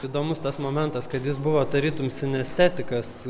įdomus tas momentas kad jis buvo tarytum sinestetikas